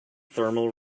thermal